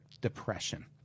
depression